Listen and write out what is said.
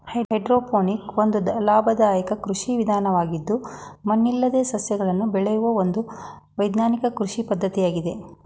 hydroponic ಒಂದು ಲಾಭದಾಯಕ ಕೃಷಿ ವಿಧಾನವಾಗಿದ್ದು ಮಣ್ಣಿಲ್ಲದೆ ಸಸ್ಯಗಳನ್ನು ಬೆಳೆಯೂ ಒಂದು ವೈಜ್ಞಾನಿಕ ಕೃಷಿ ಪದ್ಧತಿಯಾಗಿದೆ